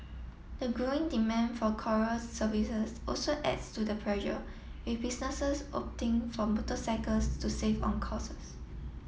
the growing demand for courier services also adds to the pressure with businesses opting for motorcycles to save on costs